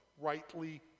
rightly